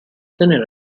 tenere